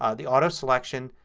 ah the auto selection,